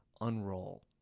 unroll